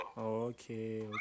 okay